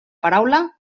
paraula